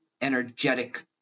energetic